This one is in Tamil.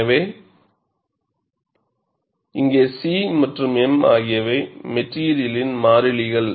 எனவே இங்கே C மற்றும் M ஆகியவை மெட்டிரியல் மாறிலிகள்